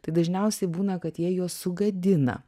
tai dažniausiai būna kad jie juos sugadina